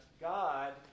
God